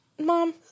Mom